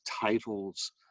titles